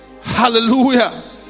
Hallelujah